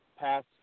pass